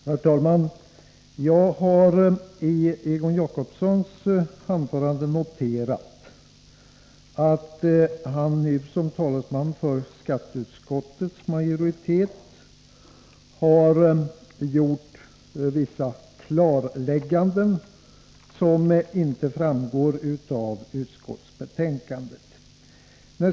Herr talman! Jag har noterat att Egon Jacobsson i sitt anförande såsom talesman för skatteutskottets majoritet har klarlagt vissa saker som inte framgår av utskottsbetänkandet.